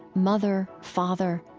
mother, father,